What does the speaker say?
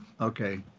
okay